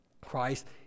Christ